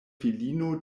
filino